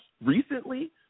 Recently